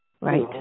right